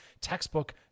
textbook